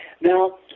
Now